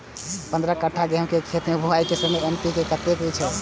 पंद्रह कट्ठा गेहूं के खेत मे बुआई के समय एन.पी.के कतेक दे के छे?